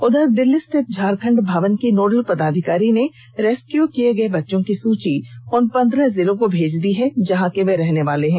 उधर दिल्ली स्थित झारखंड भवन की नोडल पदाधिकारी ने रेस्क्यू किए गए बर्च्यो की सूची उन पंद्रह जिलों को भेज दी है जहां के वे रहने वाले हैं